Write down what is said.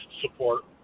support